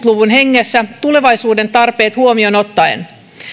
luvun hengessä tulevaisuuden tarpeet huomion ottaen